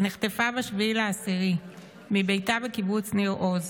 שנחטפה ב-7 באוקטובר מביתה בקיבוץ ניר עוז,